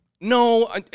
No